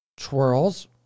twirls